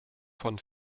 von